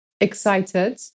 excited